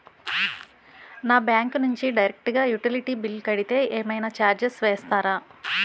నా బ్యాంక్ నుంచి డైరెక్ట్ గా యుటిలిటీ బిల్ కడితే ఏమైనా చార్జెస్ వేస్తారా?